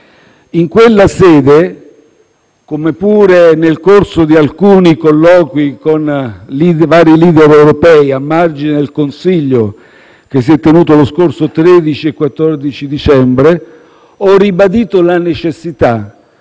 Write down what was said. In quella sede, come pure nel corso di alcuni colloqui con vari *leader* europei a margine del Consiglio che si è tenuto il 13 e il 14 dicembre scorsi, ho ribadito la necessità